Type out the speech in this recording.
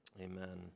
Amen